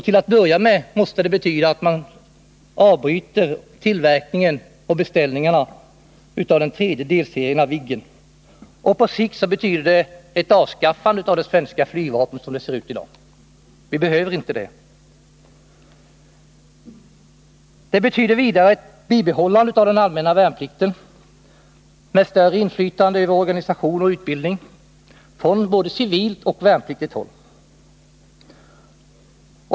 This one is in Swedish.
Till att börja med måste det betyda att man avbryter tillverkningen och beställningarna av den tredje delserien av Viggen. På sikt innebär det också ett avskaffande av det svenska flygvapnet av i dag. Vi behöver det inte. Vidare skulle det här innebära ett bibehållande av den allmänna värnplikten, med större inflytande över organisation och utbildning på både civilt och värnpliktigt håll.